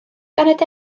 ganed